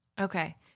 Okay